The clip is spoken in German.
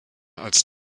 als